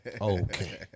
Okay